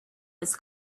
its